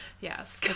Yes